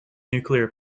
nuclear